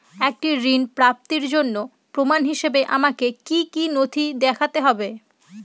একটি ঋণ প্রাপ্তির জন্য প্রমাণ হিসাবে আমাকে কী কী নথি দেখাতে হবে?